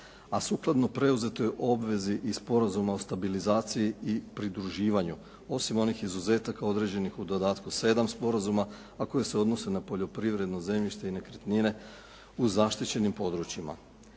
a sukladno preuzetoj obvezi iz Sporazuma o stabilizaciji i pridruživanju osim onih izuzetaka određenih u dodatku 7. sporazuma a koji se odnose na poljoprivredno zemljište i nekretnine u zaštićenim područjima.